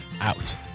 out